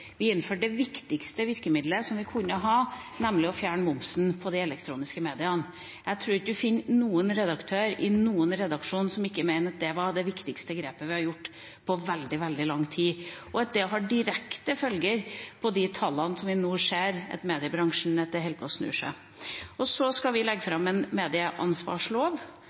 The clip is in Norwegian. Vi innførte det viktigste virkemidlet som vi kunne ha, nemlig å fjerne momsen på de elektroniske mediene. Jeg tror ikke man finner noen redaktør i noen redaksjon som ikke mener at det var det viktigste grepet vi har gjort på veldig, veldig lang tid, og at det har direkte følger for de tallene som vi nå ser i mediebransjen, hvor det holder på å snu seg. Så skal vi legge fram en medieansvarslov,